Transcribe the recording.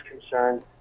concerned